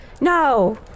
No